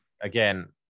again